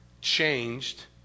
changed